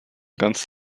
ganz